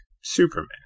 Superman